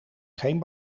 geen